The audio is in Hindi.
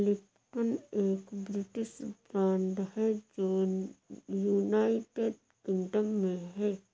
लिप्टन एक ब्रिटिश ब्रांड है जो यूनाइटेड किंगडम में है